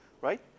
Right